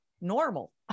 normal